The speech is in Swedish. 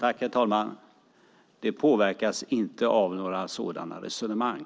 Herr talman! Det påverkas inte av några sådana resonemang.